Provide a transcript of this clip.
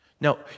Now